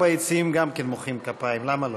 ביציעים גם כן כבר מוחאים כפיים, למה לא.